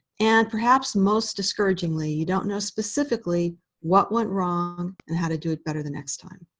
and perhaps, most discouraging, like you don't know specifically what went wrong, and how to do it better the next time.